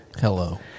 hello